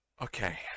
okay